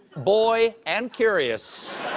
boy and curious.